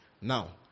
Now